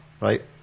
right